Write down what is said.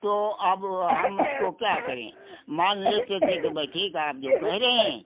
तो अब हम उसको क्या करें मान लेते थे कि भई ठीक है आप जो कहे रहे हैं